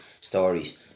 stories